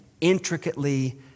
intricately